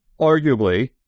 arguably